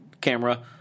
camera